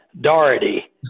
Doherty